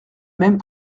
même